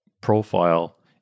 profile